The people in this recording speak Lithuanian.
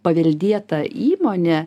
paveldėtą įmonę